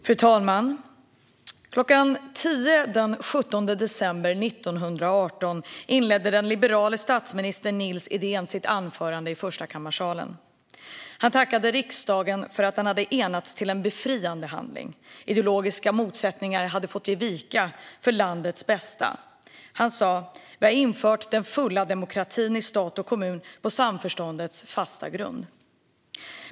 Fru talman! Kl. 10.00 den 17 december 1918 inledde den liberale statsministern Nils Eden sitt anförande i Förstakammarsalen. Han tackade riksdagen för att den hade enats till en befriande handling. Ideologiska motsättningar hade fått ge vika för landets bästa. Han sa: Vi har infört den fulla demokratin - i stat och kommun - på samförståndets fasta grund.